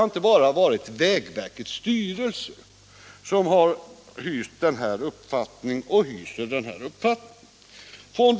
Men inte bara vägverkets styrelse har alltså hyst och hyser den här uppfattningen.